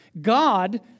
God